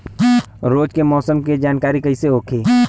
रोज के मौसम के जानकारी कइसे होखि?